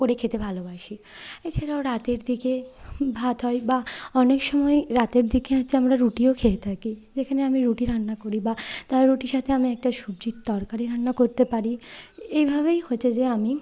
করে খেতে ভালোবাসি এছাড়াও রাতের দিকে ভাত হয় বা অনেক সময় রাতের দিকে হচ্ছে আমরা রুটিও খেয়ে থাকি যেখানে আমি রুটি রান্না করি বা তার রুটির সাথে আমি একটা সবজির তরকারি রান্না করতে পারি এইভাবেই হচ্ছে যে আমি